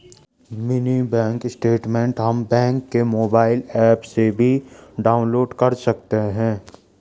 mini bank statement हम bank के mobile app से भी डाउनलोड कर सकते है